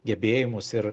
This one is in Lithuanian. gebėjimus ir